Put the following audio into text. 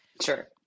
Sure